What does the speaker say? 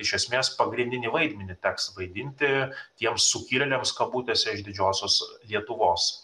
iš esmės pagrindinį vaidmenį teks vaidinti tiems sukilėliams kabutėse iš didžiosios lietuvos